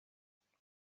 yavutse